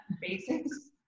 basics